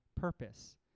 purpose